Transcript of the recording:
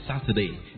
Saturday